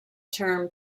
term